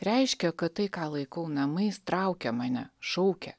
reiškia kad tai ką laikau namais traukia mane šaukia